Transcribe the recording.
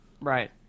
Right